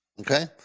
Okay